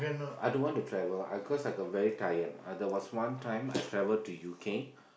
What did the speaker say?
I don't want to travel I cause I got very tired there was one time I travelled to U kay